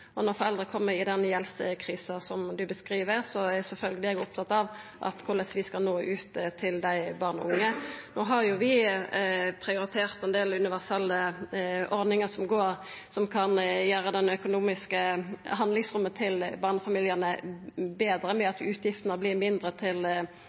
Når foreldre kjem i ein slik gjeldskrise som representanten skildrar, er eg sjølvsagt opptatt av korleis vi skal nå ut til dei barna og ungdomane. Vi har prioritert ein del universelle ordningar som kan gjera det økonomiske handlingsrommet til barnefamiliane betre,